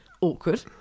awkward